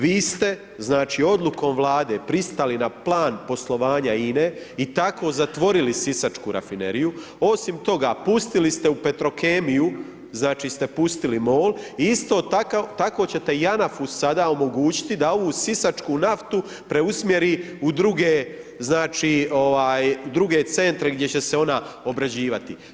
Vi ste, znači, odlukom Vlade pristali na plan poslovanja INE i tako zatvorili Sisačku rafineriju, osim toga pustili ste u Petrokemiju znači ste pustili MOL i isto tako ćete JANAF-u u sada omogućiti da ovu sisačku naftu preusmjeri u druge znači ovaj druge centre gdje će se ona obrađivati.